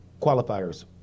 qualifiers